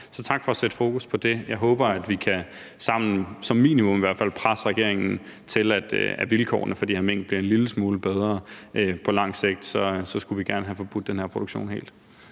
tak for at sætte fokus på det. Jeg håber at vi sammen i hvert fald som minimum kan presse regeringen til, at vilkårene for de her mink bliver en lille smule bedre. På lang sigt skulle vi gerne have forbudt den her produktion helt.